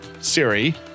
Siri